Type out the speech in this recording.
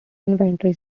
infantry